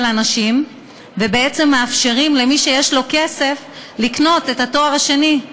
אנשים ובעצם מאפשרים למי שיש לו כסף לקנות את התואר השני,